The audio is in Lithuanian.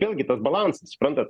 vėlgi tas balansas suprantat